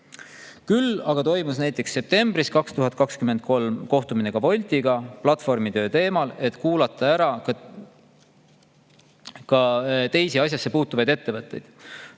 Küll aga toimus septembris 2023. aastal kohtumine Woltiga platvormitöö teemal, et kuulata ära ka teisi asjasse puutuvaid ettevõtteid.